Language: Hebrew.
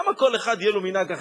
למה כל אחד יהיה לו מנהג אחר?